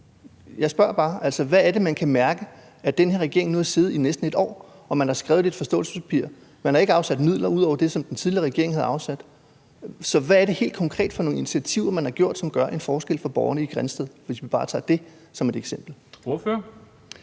hvad er det, man kan mærke, efter at den her regering nu har siddet i næsten et år, og at man har skrevet det i et forståelsespapir? Man har ikke afsat midler ud over dem, som den tidligere regering havde afsat. Så hvad er det helt konkret for nogle initiativer, man har taget, som gør en forskel for borgerne i Grindsted, hvis vi bare tager det som et eksempel?